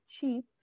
cheap